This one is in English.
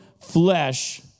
flesh